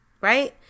Right